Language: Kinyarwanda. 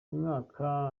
mwaka